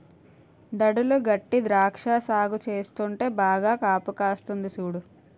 దడులు గట్టీ ద్రాక్ష సాగు చేస్తుంటే బాగా కాపుకాస్తంది సూడు